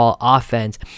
offense